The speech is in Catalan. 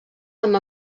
amb